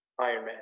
Ironman